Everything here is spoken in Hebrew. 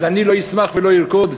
אז אני לא אשמח ולא ארקוד?